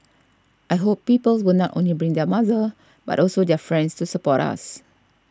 I hope people will not only bring their mother but also their friends to support us